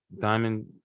diamond